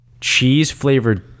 Cheese-flavored